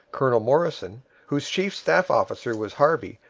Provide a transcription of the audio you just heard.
colonel morrison whose chief staff officer was harvey,